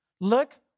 Look